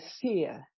fear